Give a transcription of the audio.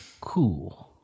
cool